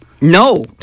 No